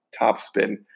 topspin